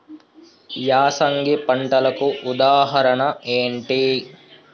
యాసంగి పంటలకు ఉదాహరణ ఏంటి?